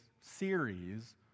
series